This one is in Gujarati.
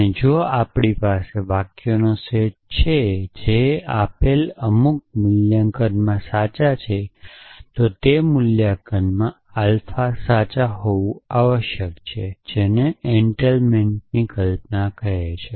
અને જો આપણી પાસે વાક્યોનો સમૂહ છે જે આપેલ અમુક મૂલ્યાંકનમાં સાચા છે તો તે મૂલ્યાંકનમાં આલ્ફા સાચા હોવું આવશ્યક છે કે જે એનટેલમેંટ નોશન છે